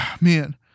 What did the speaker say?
man